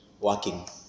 working